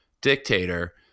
dictator